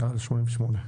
"88.